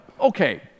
okay